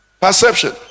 Perception